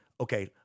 Okay